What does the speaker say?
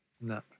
No